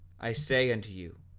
i say unto you,